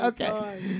Okay